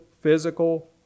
physical